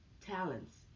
talents